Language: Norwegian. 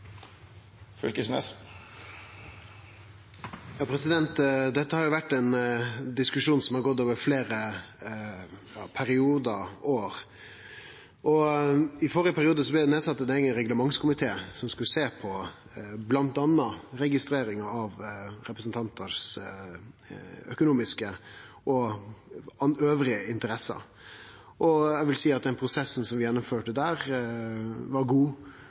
frå presidentskapet. Dette er jo ein diskusjon som har gått over fleire periodar og år. I førre periode blei det sett ned ein eigen reglementskomité som bl.a. skulle sjå på registreringa av økonomiske interesser og andre interesser representantar har. Eg vil seie at prosessen vi gjennomførte der, var god,